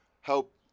help